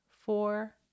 four